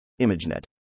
ImageNet